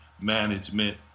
management